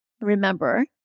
remember